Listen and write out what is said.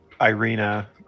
Irina